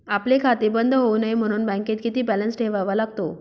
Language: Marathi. आपले खाते बंद होऊ नये म्हणून बँकेत किती बॅलन्स ठेवावा लागतो?